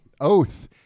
Oath